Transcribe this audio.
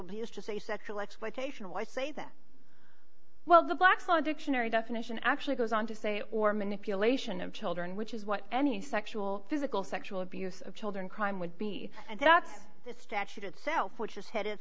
be used to say sexual exploitation why say that well the black's law dictionary definition actually goes on to say or manipulation of children which is what any sexual physical sexual abuse of children crime would be and that's the statute itself which is headed